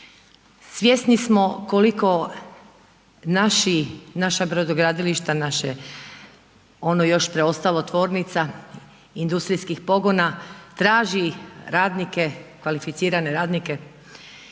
svjesni smo koliko naša brodogradilišta, naša ono još preostalo tvornica industrijskih pogona traži radnike, kvalificirane radnike